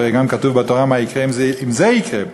הרי גם כתוב בתורה מה יקרה אם זה יקרה.